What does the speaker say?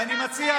ואני מציע,